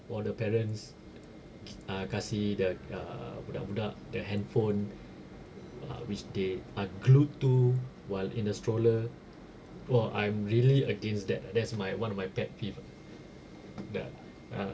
or the parents kasi the uh budak-budak the handphone which they are glued to while in a stroller !wah! I'm really against that that's my one of my pet peeve ah the ah